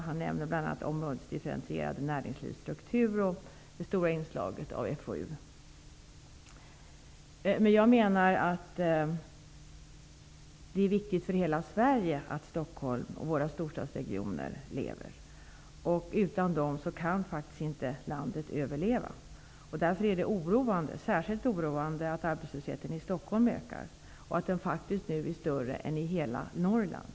Han nämner bl.a. områdets differentierade näringslivsstruktur och det stora inslaget av forskning och utveckling. Jag menar emellertid att det är viktigt för hela Sverige att Stockholm och våra andra storstadsregioner lever. Utan dem kan landet faktiskt inte överleva. Därför är det särskilt oroande att arbetslösheten i Stockholm ökar och att den nu faktiskt är större än i hela Norrland.